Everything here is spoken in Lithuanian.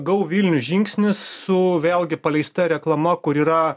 go vilnius žingsnis su vėlgi paleista reklama kur yra